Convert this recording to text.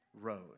road